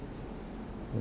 ex~